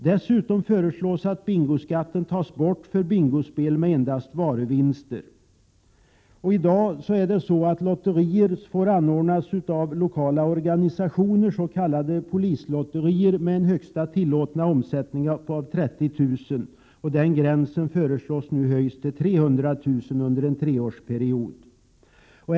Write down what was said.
Dessutom föreslås att bingoskatten tas bort för bingospel med endast varuvinster. I dag får lotterier anordnas av lokala organisationer, s.k. polislotterier med en högsta tillåtna omsättning av 30 000 kr. Den gränsen föreslås nu höjas till 300 000 kr. under en treårsperiod.